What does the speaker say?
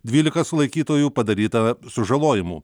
dvylika sulaikytųjų padaryta sužalojimų